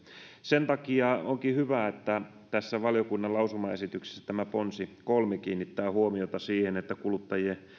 sen takia onkin hyvä että valiokunnan lausumaesityksissä ponsi kolme kiinnittää huomiota siihen että kuluttajien